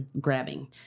Grabbing